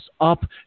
up